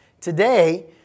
Today